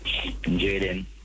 Jaden